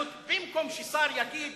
במקום ששר יגיד,